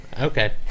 Okay